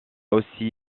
aussi